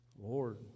Lord